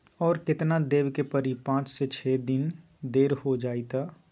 और केतना देब के परी पाँच से छे दिन देर हो जाई त?